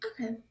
Okay